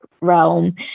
realm